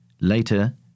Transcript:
Later